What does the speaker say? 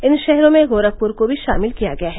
इन शहरों में गोरखपुर को भी शामिल किया गया है